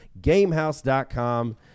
gamehouse.com